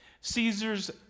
Caesar's